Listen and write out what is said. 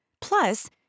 Plus